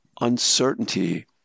uncertainty